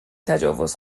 تجاوز